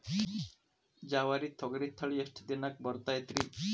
ಜವಾರಿ ತೊಗರಿ ತಳಿ ಎಷ್ಟ ದಿನಕ್ಕ ಬರತೈತ್ರಿ?